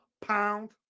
pound